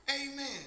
Amen